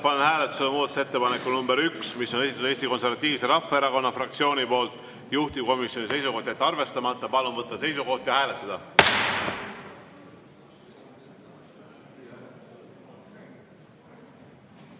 Panen hääletusele muudatusettepaneku nr 1, mille on esitanud Eesti Konservatiivse Rahvaerakonna fraktsioon, juhtivkomisjoni seisukoht: jätta arvestamata. Palun võtta seisukoht ja hääletada!